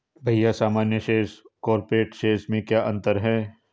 भैया सामान्य शेयर और कॉरपोरेट्स शेयर में क्या अंतर है?